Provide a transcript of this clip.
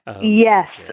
Yes